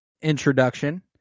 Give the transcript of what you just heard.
introduction